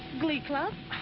glee club.